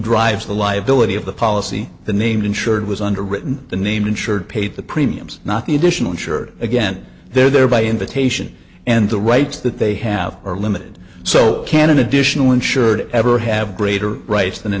drives the liability of the policy the named insured was underwritten the name insured paid the premiums not the additional insured again they're there by invitation and the rights that they have are limited so can an additional insured ever have greater rights than